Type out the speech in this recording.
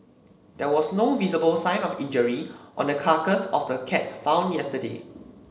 there was no visible sign of injury on the carcass of the cat found yesterday